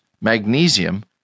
magnesium